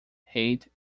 hate